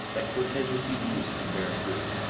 that cortes received news from vera-cruz,